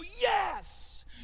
Yes